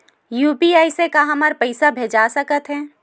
UPI से का हमर पईसा भेजा सकत हे?